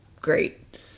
great